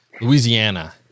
Louisiana